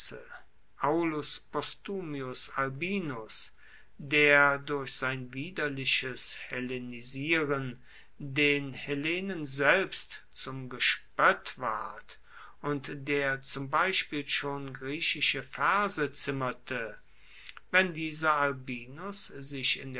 aulus postumius albinus der durch sein widerliches hellenisieren den hellenen selbst zum gespoett ward und der zum beispiel schon griechische verse zimmerte wenn dieser albinus sich